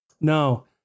No